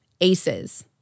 aces